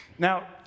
Now